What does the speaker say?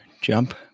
jump